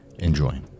enjoy